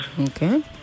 Okay